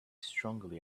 strongly